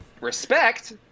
respect